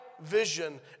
vision